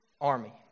army